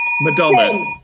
Madonna